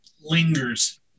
lingers